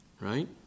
Right